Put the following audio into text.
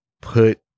put